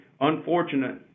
unfortunate